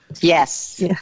Yes